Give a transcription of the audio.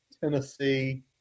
Tennessee